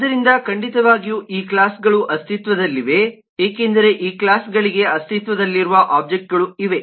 ಆದ್ದರಿಂದ ಖಂಡಿತವಾಗಿಯೂ ಈ ಕ್ಲಾಸ್ಗಳು ಅಸ್ತಿತ್ವದಲ್ಲಿವೆ ಏಕೆಂದರೆ ಈ ಕ್ಲಾಸ್ಗಳಿಗೆ ಅಸ್ತಿತ್ವದಲ್ಲಿರುವ ಒಬ್ಜೆಕ್ಟ್ಗಳು ಇವೆ